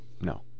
no